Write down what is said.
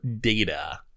data